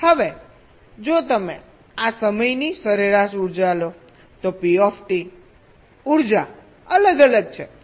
હવે જો તમે આ સમયની સરેરાશ ઉર્જા લો તો P ઉર્જા અલગ અલગ છે